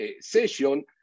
session